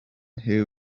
who